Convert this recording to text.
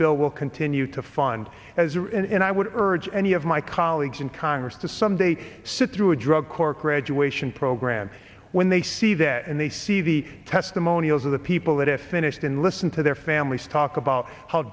bill will continue to fund as and i would urge any of my colleagues in congress to someday sit through a drug court graduation program when they see that and they see the testimonials of the people that have finished and listen to their families talk about how